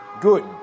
Good